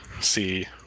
see